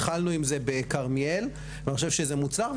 התחלנו עם זה בכרמיאל ואני חושב שזה מוצלח,